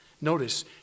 notice